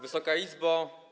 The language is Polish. Wysoka Izbo!